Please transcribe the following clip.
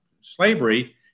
slavery